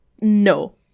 no